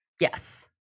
yes